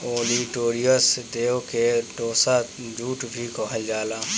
olitorius देव के tossa jute भी कहल जाला